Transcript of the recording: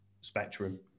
spectrum